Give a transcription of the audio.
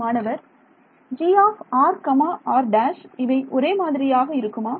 மாணவர் gr r′ இவை ஒரே மாதிரியாக இருக்குமா